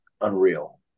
unreal